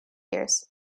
years